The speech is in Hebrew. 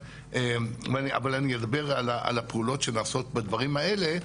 אבל אני אדבר על הפעולות שנעשות בדברים האלה.